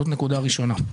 זאת נקודה ראשונה.